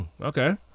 okay